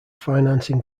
financing